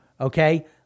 okay